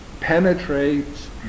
penetrates